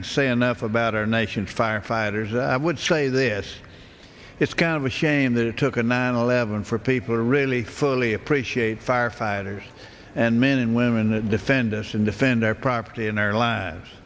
can say enough about our nation firefighters i would say this it's kind of a shame the took a nine eleven for people to really fully appreciate firefighters and men and women that defend us and defend our property and our